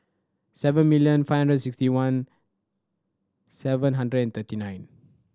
seven million five hundred sixty one seven hundred and thirty nine